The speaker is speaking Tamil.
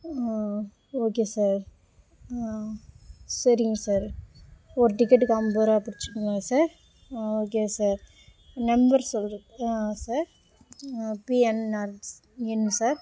ஆ ஓகே சார் ஆ சரிங்க சார் ஒரு டிக்கெட்டுக்கு ஐம்பரூவா பிடிச்சிப்பீங்களா சார் ஆ ஓகே சார் நம்பர் சொல்றே சார் பிஎன்ஆர் ஸ் எண் சார்